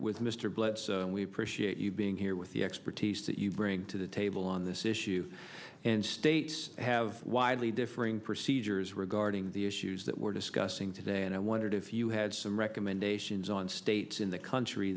with mr blitzer we appreciate you being here with the expertise that you bring to the table on this issue and states have widely differing procedures regarding the issues that we're discussing today and i wondered if you had some recommendations on states in the country